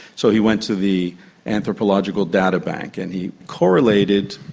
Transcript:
so he went to the anthropological databank, and he correlated.